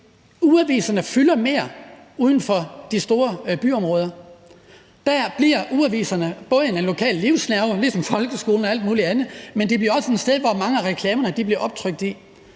ugeaviserne fylder mere hos folk uden for de store byområder. Dér er ugeaviserne både en lokal livsnerve ligesom folkeskolen og alt muligt andet, men det er også et sted, hvor mange af reklamerne bliver trykt.